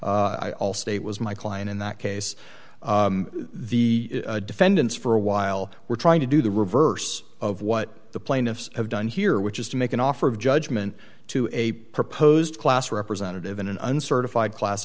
i'll state was my client in that case the defendants for a while were trying to do the reverse of what the plaintiffs have done here which is to make an offer of judgment to a proposed class representative an uncertified class